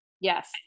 Yes